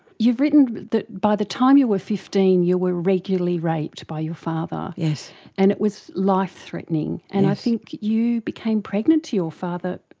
you've written that by the time you were fifteen you were regularly raped by your father, and it was life-threatening. and i think you became pregnant to your father,